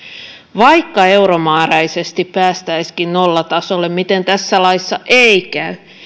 vaikka euromääräisesti päästäisiinkin nollatasolle miten tässä laissa ei käy